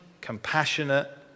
compassionate